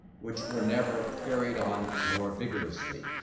which were never carried on more vigorously.